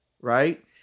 right